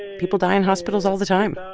people die in hospitals all the time